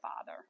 Father